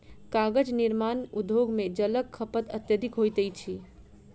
कागज निर्माण उद्योग मे जलक खपत अत्यधिक होइत अछि